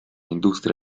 industria